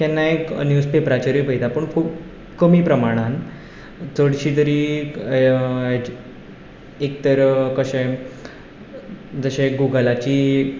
केन्नाय न्यूजपेपराचेरूय पळयता पूण खूब कमी प्रमाणांत चडशी तरी एक तर कशें जशें गुगलाची